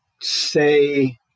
say